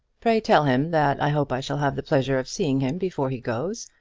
pray tell him that i hope i shall have the pleasure of seeing him before he goes.